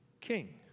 king